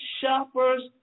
shoppers